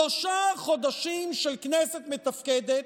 שלושה חודשים של כנסת מתפקדת,